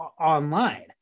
online